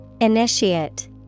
Initiate